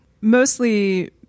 mostly